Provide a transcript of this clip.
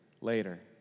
later